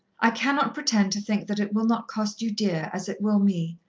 i cannot pretend to think that it will not cost you dear, as it will me.